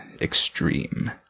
extreme